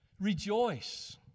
Rejoice